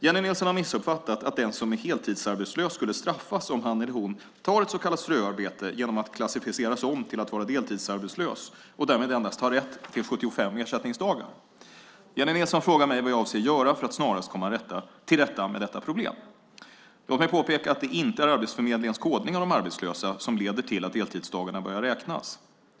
Jennie Nilsson har missuppfattat att den som är heltidsarbetslös skulle straffas om han eller hon tar ett så kallat ströarbete genom att klassificeras om till att vara deltidsarbetslös och därmed endast ha rätt till 75 ersättningsdagar. Jennie Nilsson frågar mig vad jag avser att göra för att snarast komma till rätta med detta problem. Låt mig påpeka att det inte är Arbetsförmedlingens kodning av de arbetslösa som leder till att deltidsdagarna börjar räknas.